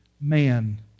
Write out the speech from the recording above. man